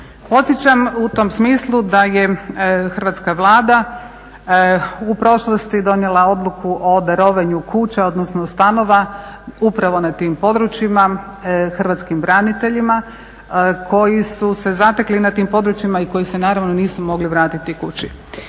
Podsjećam u tom smislu da je hrvatska Vlada u prošlosti donijela odluku o darovanju kuća, odnosno stanova upravo na tim područjima hrvatskim braniteljima koji su se zatekli na tim područjima i koji se naravno nisu mogli vratiti kući.